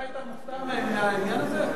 אתה היית מופתע מהעניין הזה?